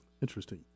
Interesting